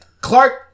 Clark